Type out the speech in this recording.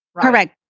Correct